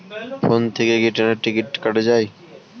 Phone থেকে কি ট্রেনের টিকিট কাটা য়ায়?